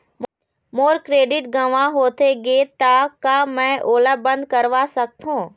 मोर credit गंवा होथे गे ता का मैं ओला बंद करवा सकथों?